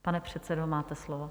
Pane předsedo, máte slovo.